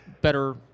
better